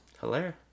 Hilarious